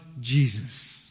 jesus